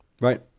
Right